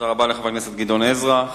תודה רבה לחבר הכנסת גדעון עזרא.